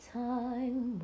time